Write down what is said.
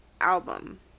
album